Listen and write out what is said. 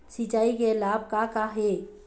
सिचाई के लाभ का का हे?